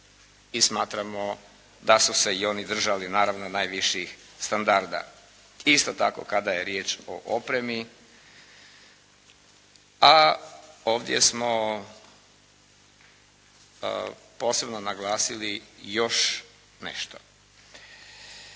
i smatramo da su se i oni držali naravno najviših standarda. Isto tako kada je riječ o opremi. A ovdje smo posebno naglasili još nešto.